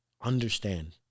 understand